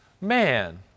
man